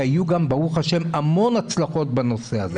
היו גם ברוך השם המון הצלחות בנושא הזה.